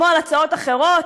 כמו על הצעות אחרות,